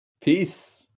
Peace